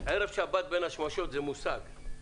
ערב שבת בין השמשות זה מושג.